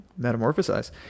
metamorphosize